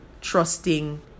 trusting